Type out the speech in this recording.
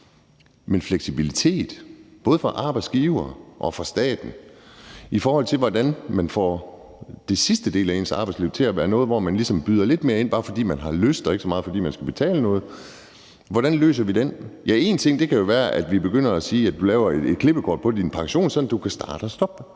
med fleksibiliteten både fra arbejdsgivere og fra staten, i forhold til hvordan man får den sidste del af ens arbejdsliv til at være noget, hvor man byder lidt mere ind, bare fordi man har lyst, og ikke så meget, fordi man skal betale noget? En løsning kunne være, at man laver et klippekort på din pension, sådan at du kan starte og stoppe.